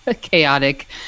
chaotic